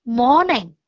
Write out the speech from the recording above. morning